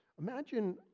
Imagine